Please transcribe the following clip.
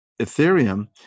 Ethereum